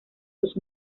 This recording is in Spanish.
sus